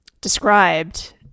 described